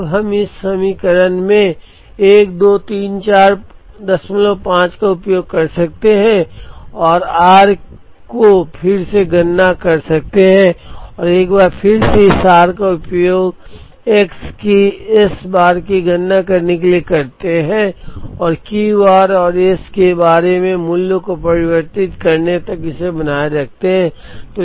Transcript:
अब हम इस समीकरण में 12345 का उपयोग कर सकते हैं और r को फिर से गणना कर सकते हैं और एक बार फिर से इस r का उपयोग x की S बार की गणना करने के लिए करते हैं और Q r और S बार के मूल्यों को परिवर्तित करने तक इसे बनाए रखते हैं